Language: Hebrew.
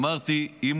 אמרתי, אם